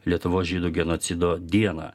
lietuvos žydų genocido dieną